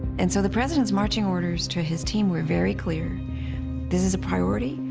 and so the president's marching orders to his team were very clear this is a priority.